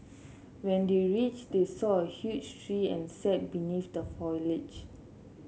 when they reached they saw a huge tree and sat beneath the foliage